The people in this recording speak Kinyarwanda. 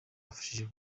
wafashije